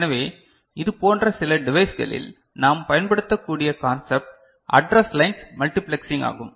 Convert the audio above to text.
எனவே இதுபோன்ற சில டிவைஸ்களில் நாம் பயன்படுத்தக்கூடிய கான்சப்ட் அட்ரஸ் லைன்ஸ் மல்டிபிளக்சிங் ஆகும்